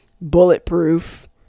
bulletproof